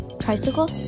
tricycle